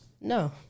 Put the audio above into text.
no